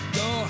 go